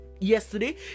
yesterday